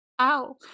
ow